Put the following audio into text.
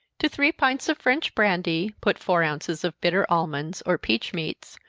to three pints of french brandy, put four ounces of bitter almonds, or peach meats,